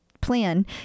plan